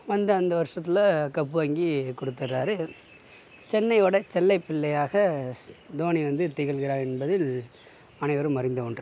வந்த அந்த வருஷத்தில் கப்பு வாங்கி கொடுத்துட்றாரு சென்னையோடய செல்லை பிள்ளையாக தோனி வந்து திகழ்கிறார் என்பதில் அனைவரும் அறிந்த ஒன்று